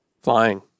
Flying